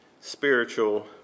spiritual